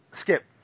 skip